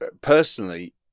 personally